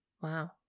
Wow